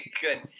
good